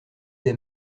des